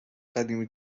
قدیمی